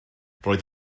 roedd